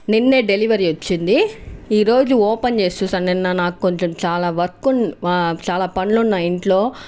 నిన్నే డెలివరీ వచ్చింది ఈ రోజు ఓపెన్ చేసి చూసాను నిన్న నాకు కొంచం చాలా వర్క్ చాలా పనులు ఉన్నాయి ఇంట్లో